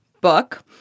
book